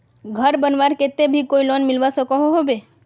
घोर बनवार केते भी कोई लोन मिलवा सकोहो होबे?